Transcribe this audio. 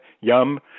yum